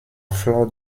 flore